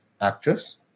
actress